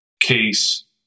case